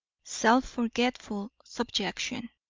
self-forgetful subjection.